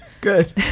good